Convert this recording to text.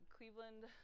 Cleveland